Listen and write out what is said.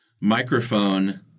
microphone